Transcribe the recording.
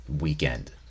weekend